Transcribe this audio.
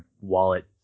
wallet